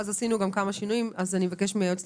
עשינו כמה שינויים ואני מבקשת מהיועצת